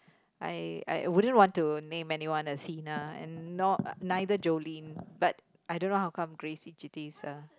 I I wouldn't want to name anyone Athena and not uh neither Jolene but I don't know how come Grace ah